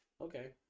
Okay